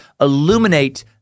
illuminate